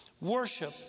Worship